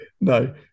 no